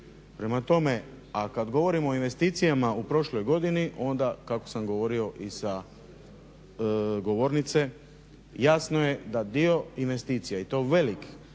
Prema tome, a kada govorimo o investicijama u prošloj godini onda kako sam govorio i sa govornice, jasno je da dio investicija i to veliki